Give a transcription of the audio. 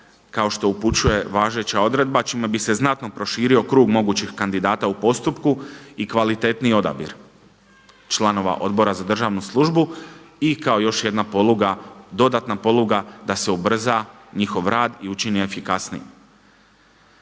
kao što upućuje važeća odredba čime bi se znatno proširio krug mogućih kandidata u postupku i kvalitetniji odabir članova Odbora za državnu službu. I kao još jedna poluga, dodatna poluga da se ubrza njihov rad i učini efikasnijim.